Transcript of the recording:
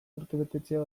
urtebetetzea